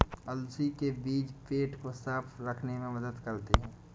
अलसी के बीज पेट को साफ़ रखने में मदद करते है